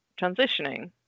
transitioning